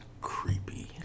creepy